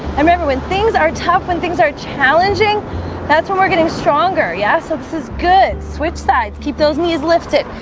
i remember when things are tough when things are challenging that's when we're getting stronger. yeah, so this is good switch sides. keep those knees lifted.